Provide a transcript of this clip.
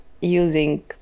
using